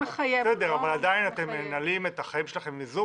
אבל עדיין אתם מנהלים את החיים שלכם ב"זום",